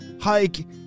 hike